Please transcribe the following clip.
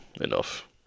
enough